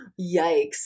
yikes